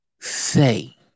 say